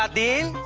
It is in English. ah the